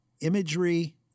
imagery